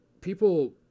people